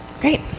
Great